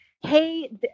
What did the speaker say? Hey